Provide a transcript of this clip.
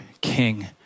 king